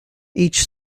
each